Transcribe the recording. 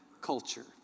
culture